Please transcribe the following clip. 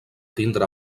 tindre